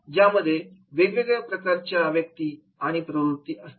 ज्यामध्ये वेगवेगळ्या प्रकारच्या व्यक्ती आणि प्रवृत्ती असतील